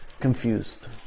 confused